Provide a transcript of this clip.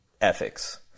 ethics